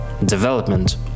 development